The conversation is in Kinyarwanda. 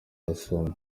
rusumo